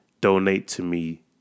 donate-to-me